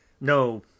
no